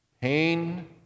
pain